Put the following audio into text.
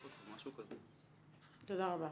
תודה רבה.